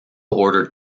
ordered